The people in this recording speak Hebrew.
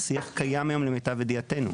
השיח קיים היום, למיטב ידיעתנו.